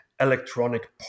electronic